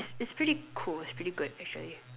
it's pretty cool it's pretty good actually